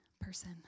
person